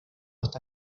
hasta